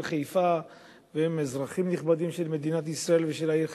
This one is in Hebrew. חיפה והם אזרחים נכבדים של מדינת ישראל ושל העיר חיפה.